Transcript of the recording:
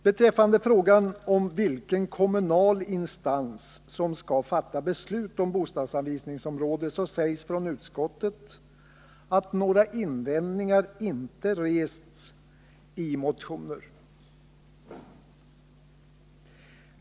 Beträffande frågan om vilken kommunal instans som skall fatta beslut om bostadsanvisningsområde sägs från utskottet att några invändningar inte rests i motioner.